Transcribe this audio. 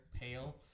pale